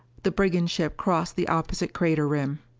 the brigand ship crossed the opposite crater rim.